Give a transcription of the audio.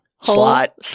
slot